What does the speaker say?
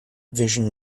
vision